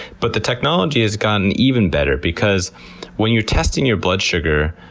but the technology has gotten even better, because when you're testing your blood sugar,